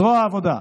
זרוע העבודה,